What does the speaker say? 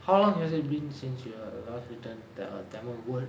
how long has it been since your last return the tamil word